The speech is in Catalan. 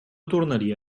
tornaria